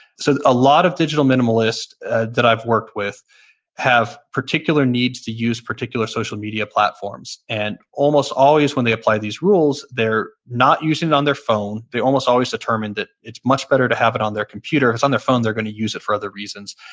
so a lot of digital minimalists that i've worked with have particular needs to use particular social media platforms. and almost always when they apply these rules, they're not using it on their phone. they almost always determine that it's much better to have it on their computer. if it's on their phone, they're going to use it for other reasons.